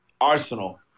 arsenal